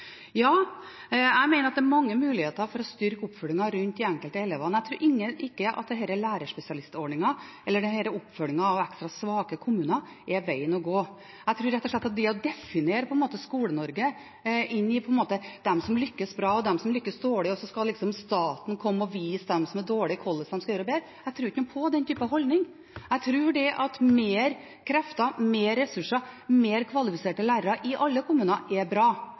Jeg mener at det er mange muligheter for å styrke oppfølgingen rundt de enkelte elevene. Jeg tror ikke at denne lærerspesialistordningen eller denne oppfølgingen av ekstra svake kommuner er veien å gå. Det å dele inn Skole-Norge i de som lykkes bra, og de som lykkes dårlig, og så skal staten komme og vise de som er dårlige, hvordan de skal gjøre det bedre – jeg tror rett og slett ikke på den type holdning. Jeg tror at mer krefter, mer ressurser, mer kvalifiserte lærere i alle kommuner er bra.